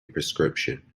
prescription